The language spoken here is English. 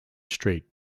street